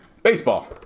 Baseball